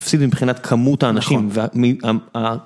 ‫הפסיד מבחינת כמות האנשים. ‫-נכון.